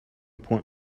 point